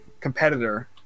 competitor